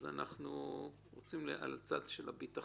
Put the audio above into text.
אנחנו רוצים ללכת על הצד הבטוח.